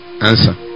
answer